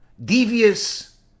devious